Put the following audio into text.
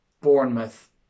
Bournemouth